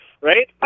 right